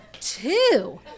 Two